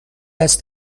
است